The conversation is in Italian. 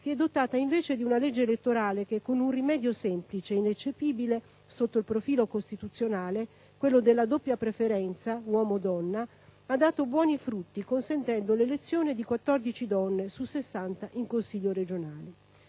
si è dotata di una legge elettorale che, con un rimedio semplice ed ineccepibile sotto il profilo costituzionale (quello della doppia preferenza uomo-donna), ha dato buoni frutti, consentendo l'elezione di 14 donne su 60 in Consiglio regionale.